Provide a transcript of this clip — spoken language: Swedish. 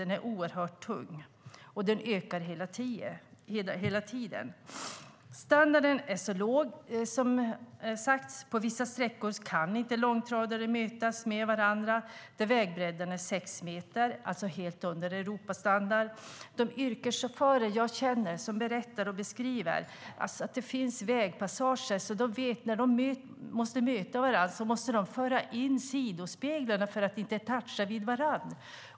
Den är oerhört tung, och den ökar hela tiden. Standarden är låg, som har sagts här. På vissa sträckor kan inte långtradare möta varandra. Vägbredden är där sex meter - alltså helt under Europastandard. De yrkeschaufförer jag känner berättar och beskriver att det finns vägpassager där de vet att de måste föra in sidospeglarna vid möten för att inte toucha varandra.